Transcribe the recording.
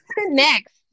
next